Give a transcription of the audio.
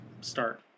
start